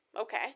Okay